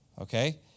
Okay